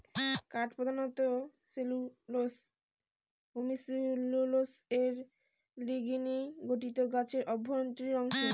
কাঠ প্রধানত cellulose hemicellulose ও লিগনিনে গঠিত গাছের অভ্যন্তরীণ অংশ